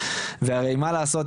ומה לעשות,